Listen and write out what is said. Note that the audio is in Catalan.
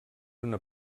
una